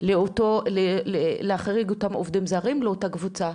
אותם עובדים זרים לאותה קבוצה.